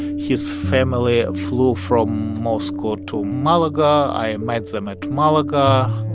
his family ah flew from moscow to malaga. i met them at malaga,